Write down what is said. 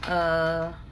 err